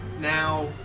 now